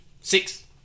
six